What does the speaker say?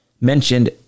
mentioned